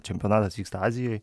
čempionatas vyksta azijoj